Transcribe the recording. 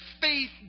faith